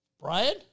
Brian